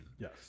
Yes